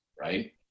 right